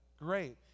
great